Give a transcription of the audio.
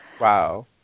wow